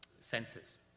senses